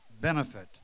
benefit